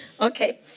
okay